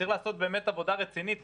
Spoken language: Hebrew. צריך לעשות באמת עבודה רצינית.